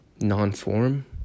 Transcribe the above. non-form